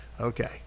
okay